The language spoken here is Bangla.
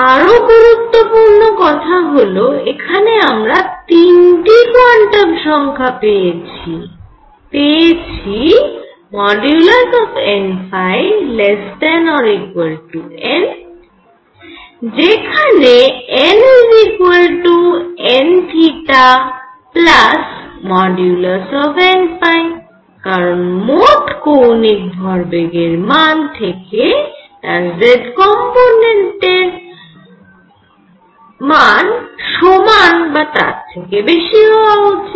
আরও গুরুত্বপূর্ণ কথা হল এখানে আমরা তিনটি কোয়ান্টাম সংখ্যা পেয়েছি পেয়েছি যে n≤ n যেখানে nnn কারণ মোট কৌণিক ভরবেগের মান থেকে তার z কম্পোনেন্টের সমান বা তার থেকে বেশী হওয়া উচিত